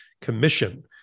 commission